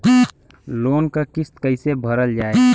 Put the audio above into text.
Loan क किस्त कैसे भरल जाए?